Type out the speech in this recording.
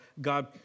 God